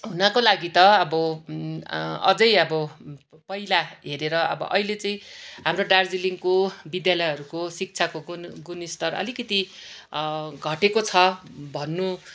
हुनको लागि त अब अझै अब पहिला हेरेर अब अहिले चाहिँ हाम्रो दार्जिलिङको विद्यालयहरूको शिक्षाको गुण गुणस्तर अलिकति घटेको छ भन्नु